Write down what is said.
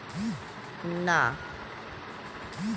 পাতলা একটি প্রাকৃতিক সম্পদ থেকে পাই যেখানে বসু লেখা হয়